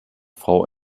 frau